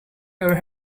your